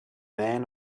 man